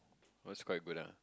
was quite good ah